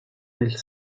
nel